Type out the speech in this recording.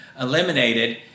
eliminated